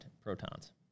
protons